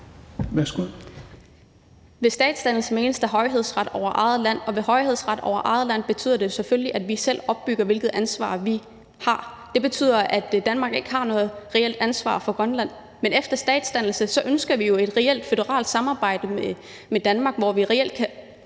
Ved statsdannelse menes der højhedsret over eget land, og højhedsret over eget land betyder selvfølgelig, at vi selv opbygger, hvilket ansvar vi har. Det betyder, at Danmark ikke har noget reelt ansvar for Grønland. Men efter statsdannelse ønsker vi jo et reelt føderalt samarbejde med Danmark, hvor vi kan